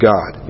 God